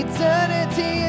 Eternity